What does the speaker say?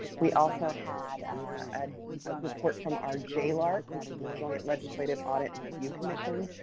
we also had a report from our jlarc, which is the joint legislative audit and review commission,